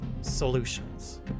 solutions